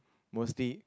mostly